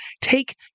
take